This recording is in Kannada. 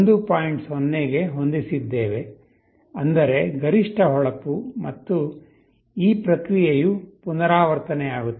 0 ಕ್ಕೆ ಹೊಂದಿಸಿದ್ದೇವೆ ಅಂದರೆ ಗರಿಷ್ಠ ಹೊಳಪು ಮತ್ತು ಈ ಪ್ರಕ್ರಿಯೆಯು ಪುನರಾವರ್ತನೆಯಾಗುತ್ತದೆ